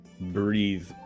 breathe